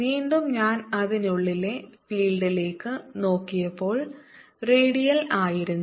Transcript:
വീണ്ടും ഞാൻ അതിനുള്ളിലെ ഫീൽഡ് ലേക്ക് നോക്കിയപ്പോൾ റേഡിയൽ ആയിരുന്നു